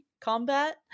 combat